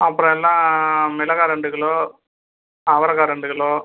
அப்புறம் என்ன மிளகாய் இரண்டு கிலோ அவரக்காய் இரண்டு கிலோ